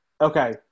Okay